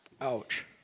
Ouch